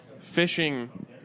Fishing